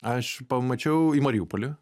aš pamačiau į mariupolį